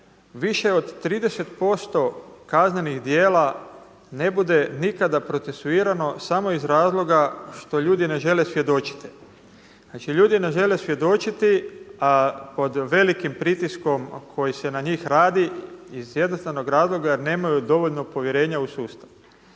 više od 30% kaznenih djela ne bude nikada procesuirano samo iz razloga što ljudi ne žele svjedočiti. Znači ljudi ne žele svjedočiti a pod velikim pritiskom koji se na njih radi iz jednostavnog razloga jer nemaju dovoljno povjerenja u sustav.